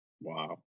Wow